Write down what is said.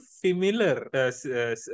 familiar